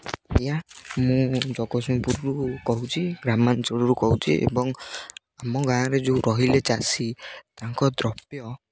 ଆଜ୍ଞା ମୁଁ ଜଗତସିଂହପୁରରୁ କହୁଛି ଗ୍ରାମାଞ୍ଚଳରୁ କହୁଛି ଏବଂ ଆମ ଗାଁରେ ଯେଉଁ ରହିଲେ ଚାଷୀ ତାଙ୍କ ଦ୍ରବ୍ୟ